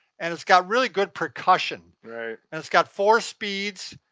and it's got really good percussion. right. and it's got four speeds.